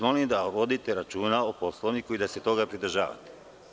Molim vas da vodite računa o Poslovniku i da se toga pridržavate.